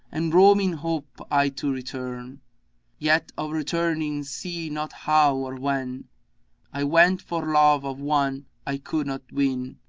and roaming hope i to return yet of returning see not how or when i went for love of one i could not win,